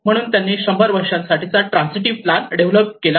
म्हणून त्यांनी शंभर वर्षांसाठी ट्रान्सिटिव प्लान डेव्हलप केला